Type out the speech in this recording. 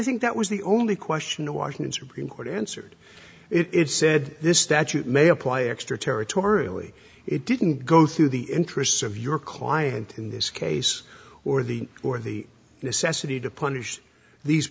think that was the only question a washington supreme court answered it said this statute may apply extra territorially it didn't go through the interests of your client in this case or the or the usfsa to punish these